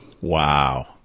wow